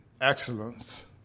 excellence